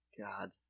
God